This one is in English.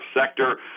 sector